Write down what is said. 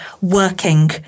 working